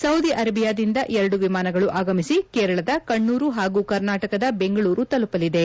Saudi ಅರೇಬಿಯಾದಿಂದ ಎರಡು ವಿಮಾನಗಳು ಆಗಮಿಸಿ ಕೇರಳದ ಕಣ್ಣೂರು ಹಾಗೂ ಕರ್ನಾಟಕದ ದೆಂಗಳೂರು ತಲುಪಲಿದೆ